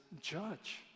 judge